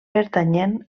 pertanyent